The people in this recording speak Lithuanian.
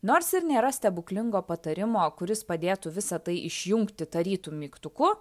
nors ir nėra stebuklingo patarimo kuris padėtų visą tai išjungti tarytum mygtuku